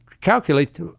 calculate